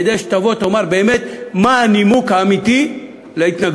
כדי שתבוא ותאמר מה הנימוק האמיתי להתנגדות.